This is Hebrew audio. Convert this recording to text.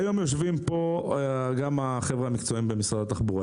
היום יושבים פה גם אנשי המקצוע ממשרד התחבורה,